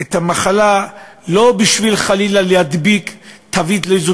את המחלה לא בשביל חלילה להדביק תווית לאיזו